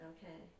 Okay